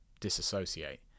disassociate